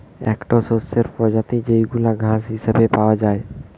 একটো শস্যের প্রজাতি যেইগুলা ঘাস হিসেবে পাওয়া যায়